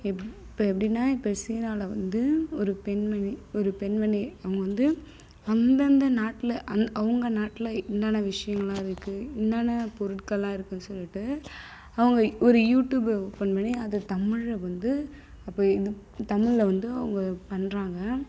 எப் இப்போ எப்படின்னா இப்போது சீனாவில வந்து ஒரு பெண்மணி ஒரு பெண்மணி அவங்க வந்து அந்தந்த நாட்டில அந் அவங்க நாட்டில என்னென்ன விஷயங்கள்லாம் இருக்குது என்னென்ன பொருட்கள்லாம் இருக்குது சொல்லிட்டு அவங்க ஒரு யூடியூப்பை ஓப்பன் பண்ணி அது தமிழ வந்து அப்போ இது தமிழ்ல வந்து அவங்க பண்றாங்க